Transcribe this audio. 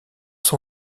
son